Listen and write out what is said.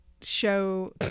show